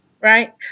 Right